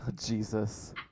Jesus